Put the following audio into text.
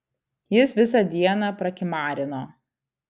jis visą dieną prakimarino